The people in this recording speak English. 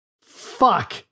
Fuck